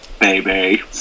baby